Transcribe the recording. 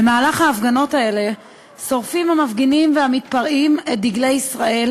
במהלך ההפגנות האלה שורפים המפגינים והמתפרעים את דגלי ישראל,